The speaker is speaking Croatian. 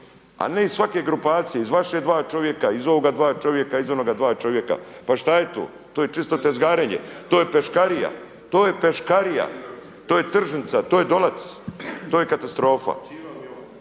A ne iz svake grupacije iz vaše dva čovjeka, iz ovoga dva čovjeka, iz onoga dva čovjeka pa šta je to, to je čisto tezgarenje, to je peškarija, to je peškarija, to je tržnica, to je Dolac, to je katastrofa,